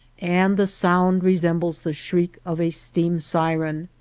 and the sound resembles the shriek of a steam siren.